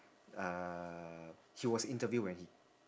uh he was interviewed when he